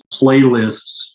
Playlists